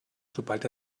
sobald